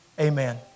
Amen